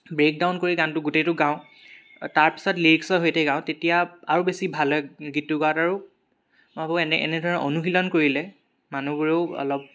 breakdown কৰি গানটো গোটেইটো গাওঁ তাৰপিছত লিৰিক্সৰ সৈতে গাওঁ তেতিয়া আৰু বেছি ভাল হয় গীতটো গোৱাত আৰু মই ভাবো এনে এনেদৰে অনুশীলন কৰিলে মানুহবোৰেও অলপ